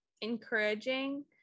encouraging